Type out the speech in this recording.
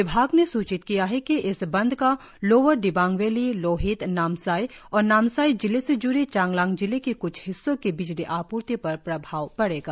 विभाग ने सूचित किया है कि इस बंद का लोअर दिवांग वैली लोहित नामसाई और नामसाई जिले से ज्ड़ी चांगलांग जिले के क्छ हिस्सों के बिजली आपूर्ति पर प्रभाव पड़ेगा